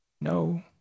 No